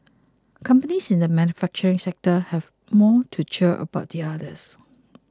companies in the manufacturing sector have more to cheer about than others